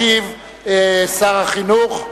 ישיב שר החינוך.